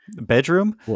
bedroom